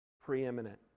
preeminent